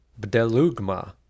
bdelugma